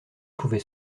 pouvait